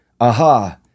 aha